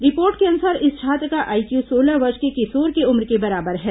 report के अनुसार इस छात्र का आईक्यू सोलह वर्ष के किशोर के उम्र के बराबर है